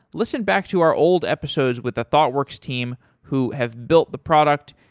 listen back to our old episodes with the thoughtworks team who have built the product.